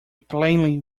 plainly